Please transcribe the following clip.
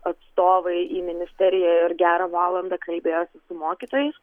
atstovai į ministeriją ir gerą valandą kalbėjosi su mokytojais